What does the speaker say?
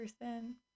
person